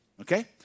Okay